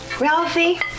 Ralphie